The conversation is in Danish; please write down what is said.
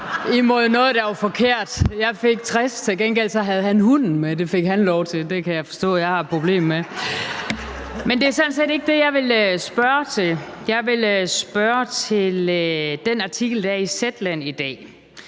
imod noget, der var forkert. (Munterhed). Jeg fik 60. Til gengæld havde han hunden med. Det fik han lov til. Det kan jeg forstå at jeg har et problem med. Men det er sådan set ikke det, jeg vil spørge til. Jeg vil spørge til den artikel, der er i Zetland.